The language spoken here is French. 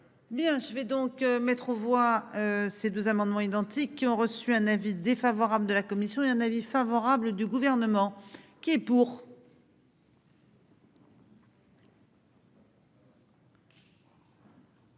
Bien je vais donc mettre aux voix, ces deux amendements identiques, qui ont reçu un avis défavorable de la commission et un avis favorable du gouvernement qui est pour.